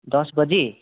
दस बजे